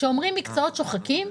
כשאומרים מקצועות שוחקים,